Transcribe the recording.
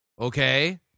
Okay